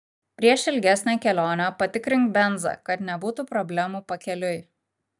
prieš ilgesnę kelionę patikrink benzą kad nebūtų problemų pakeliui